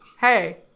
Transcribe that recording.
Hey